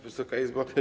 Wysoka Izbo!